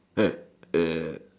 hey a